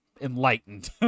enlightened